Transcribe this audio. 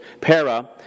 para